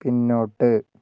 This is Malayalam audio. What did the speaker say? പിന്നോട്ട്